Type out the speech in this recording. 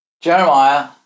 Jeremiah